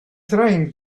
trying